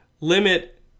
limit